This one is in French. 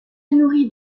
nourrit